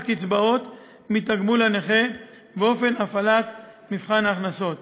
קצבאות מתגמול הנכה ולאופן הפעלת מבחן ההכנסות.